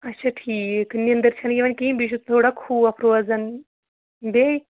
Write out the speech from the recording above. اچھا ٹھیٖک نندٕر چھَنہٕ یِوان کِہیٖنۍ بیٚیہِ چھُ تھوڑا خوف روزان بیٚیہِ